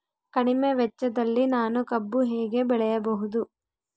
ಕಡಿಮೆ ವೆಚ್ಚದಲ್ಲಿ ನಾನು ಕಬ್ಬು ಹೇಗೆ ಬೆಳೆಯಬಹುದು?